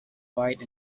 wide